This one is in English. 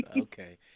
Okay